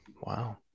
Wow